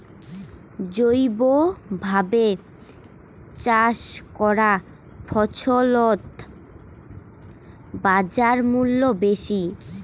জৈবভাবে চাষ করা ফছলত বাজারমূল্য বেশি